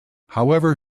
however